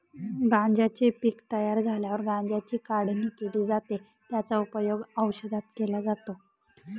गांज्याचे पीक तयार झाल्यावर गांज्याची काढणी केली जाते, त्याचा उपयोग औषधात केला जातो